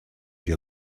you